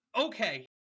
okay